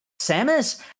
Samus